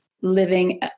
living